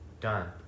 Done